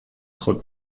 خود